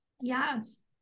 Yes